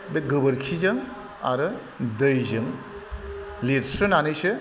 बे गोबोरखिजों आरो दैजों लिरस्रोनानैसो